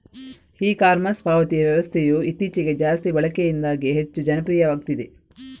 E commerce ಪಾವತಿ ವ್ಯವಸ್ಥೆಯು ಇತ್ತೀಚೆಗೆ ಜಾಸ್ತಿ ಬಳಕೆಯಿಂದಾಗಿ ಹೆಚ್ಚು ಜನಪ್ರಿಯವಾಗ್ತಿದೆ